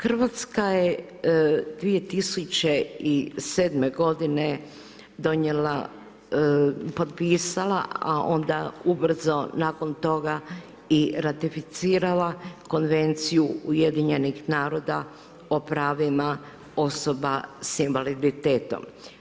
Hrvatska je 2007. g. donijela, potpisala, a onda ubrzo nakon toga i ratificirala konvenciju UN o pravima osoba s invaliditetom.